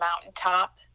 mountaintop